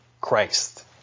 christ